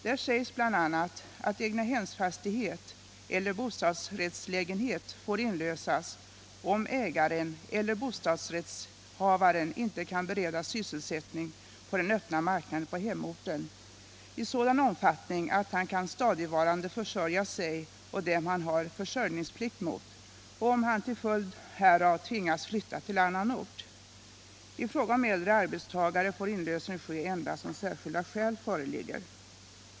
Där sägs bl.a. att egnahemsfastighet eller bostadsrättslägenhet får inlösas, om ägaren eller bostadsrättshavaren inte kan beredas sysselsättning på den öppna marknaden på hemorten i sådan omfattning att han kan stadigvarande försörja sig och dem han har försörjningsplikt mot och om han till följd härav tvingas flytta till annan ort. I fråga om äldre arbetstagare får inlösen ske endast om särskilda skäl föreligger.